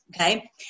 okay